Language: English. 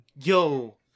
Yo